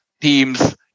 teams